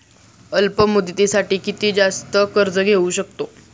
अल्प मुदतीसाठी किती जास्त कर्ज घेऊ शकतो?